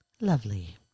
lovely